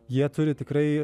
jie turi tikrai